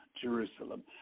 Jerusalem